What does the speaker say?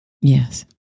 Yes